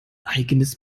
eigenes